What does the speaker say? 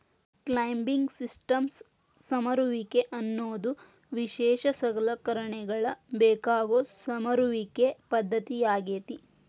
climbing systems ಸಮರುವಿಕೆ ಅನ್ನೋದು ವಿಶೇಷ ಸಲಕರಣೆಗಳ ಬೇಕಾಗೋ ಸಮರುವಿಕೆಯ ಪದ್ದತಿಯಾಗೇತಿ